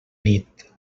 nit